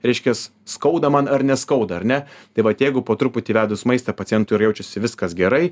reiškias skauda man ar neskauda ar ne tai vat jeigu po truputį įvedus maistą pacientui ir jaučiasi viskas gerai